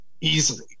easily